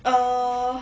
uh